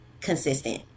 consistent